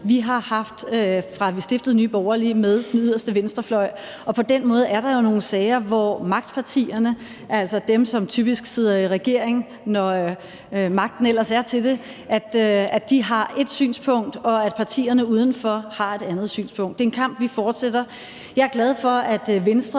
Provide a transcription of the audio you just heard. venstrefløj, fra vi stiftede Nye Borgerlige, og på den måde er der jo nogle sager, hvor magtpartierne – altså dem, som typisk sidder i regering, når magten ellers er til det – har et synspunkt, og hvor partierne udenfor har et andet synspunkt. Det er en kamp, vi fortsætter. Jeg er glad for, at Venstre